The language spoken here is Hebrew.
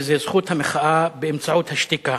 וזו זכות המחאה באמצעות השתיקה.